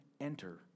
enter